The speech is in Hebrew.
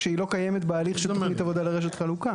כשהיא לא קיימת בהליך של תכנית עבודה לרשת חלוקה.